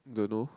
don't know